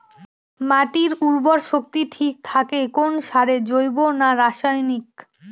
মাটির উর্বর শক্তি ঠিক থাকে কোন সারে জৈব না রাসায়নিক?